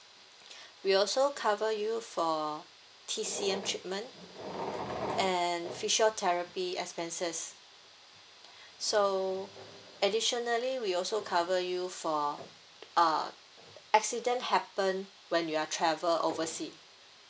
we also cover you for T_C_M treatment and physiotherapy expenses so additionally we also cover you for uh accident happen when you are travel oversea